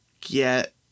get